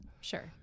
sure